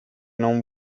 non